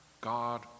God